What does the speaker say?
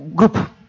group